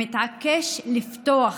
המתעקש לפתוח